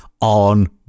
on